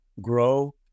grow